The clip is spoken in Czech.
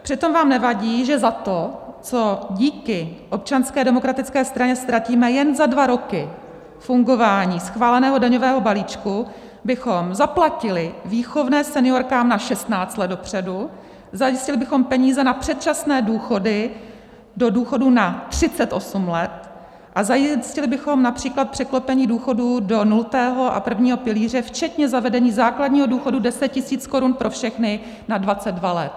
Přitom vám nevadí, že za to, co díky Občanské demokratické straně ztratíme jen za dva roky fungování schváleného daňového balíčku, bychom zaplatili výchovné seniorkám na 16 let dopředu, zajistili bychom peníze na předčasné odchody do důchodu na 38 let a zajistili bychom například překlopení důchodů do nultého a prvního pilíře, včetně zavedení základního důchodu 10 tisíc korun pro všechny na 22 let.